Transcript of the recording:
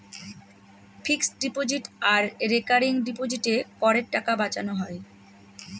fixed deposit আর recurring ডিপোজিটে করের টাকা বাঁচানো হয়